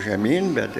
žemyn bet